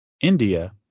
India